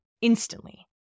instantly